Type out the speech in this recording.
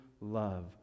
love